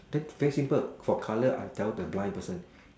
then very simple for colour I tell the blind person